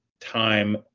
time